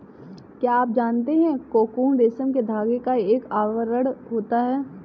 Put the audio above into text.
क्या आप जानते है कोकून रेशम के धागे का एक आवरण होता है?